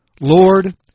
Lord